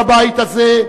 בבית הזה,